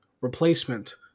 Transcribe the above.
replacement